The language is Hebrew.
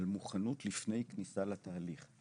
לפני כניסה לתהליך,